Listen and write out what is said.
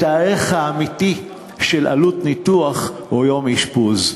את הערך האמיתי של עלות ניתוח או יום אשפוז,